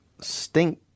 stink